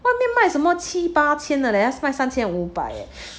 外面什么卖七八千的他卖三千五百